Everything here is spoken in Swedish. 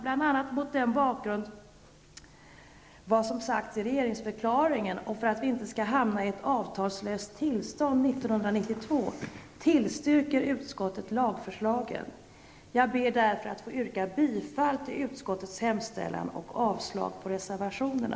Bl.a. mot bakgrund av vad som sagts i regeringsförklaringen och för att vi inte skall hamna i ett avtalslöst tillstånd 1992, tillstyrker utskottet lagförslagen. Jag ber därför att få yrka bifall till utskottets hemställan och avslag på reservationerna.